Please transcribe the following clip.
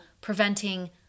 preventing